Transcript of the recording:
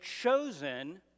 chosen